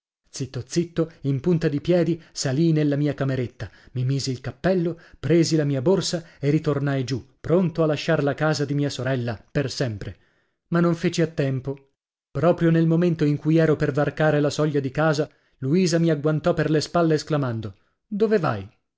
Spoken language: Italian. zitto zitto in punta di piedi salii nella mia cameretta mi misi il cappello presi la mia borsa e ritornai giù pronto a lasciar la casa di mia sorella per sempre ma non feci a tempo proprio nel momento in cui ero per varcare la soglia di casa luisa mi agguantò per le spalle esclamando dove vai